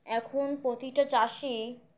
এখন প্রতিটা চাষি